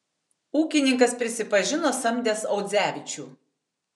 ūkininkas prisipažino samdęs audzevičių